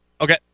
Okay